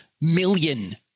million